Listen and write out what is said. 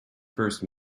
first